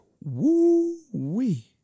Woo-wee